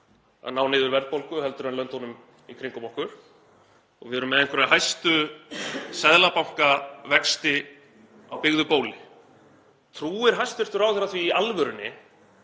að ná niður verðbólgu heldur en í löndunum í kringum okkur. Við erum með einhverja hæstu seðlabankavexti á byggðu bóli. Trúir hæstv. ráðherra því í alvörunni